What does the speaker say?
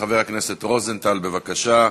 חבר הכנסת רוזנטל, בבקשה.